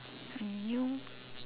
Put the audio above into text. A new